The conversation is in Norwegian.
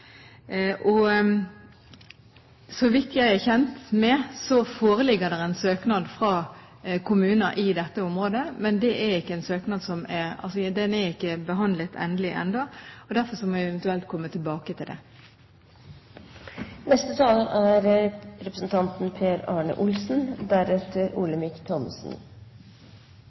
Helsedirektoratet. Så vidt jeg vet, foreligger det en søknad fra kommuner i dette området, men den er ikke behandlet endelig ennå, og derfor må jeg eventuelt komme tilbake til det. Jeg føler nok behov for å ta ordet en gang til i saken, for jeg opplever at det i denne saken som i mange andre saker dessverre er